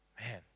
Man